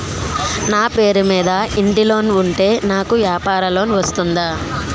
నా పేరు మీద ఇంటి లోన్ ఉంటే నాకు వ్యాపార లోన్ వస్తుందా?